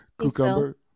Cucumber